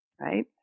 right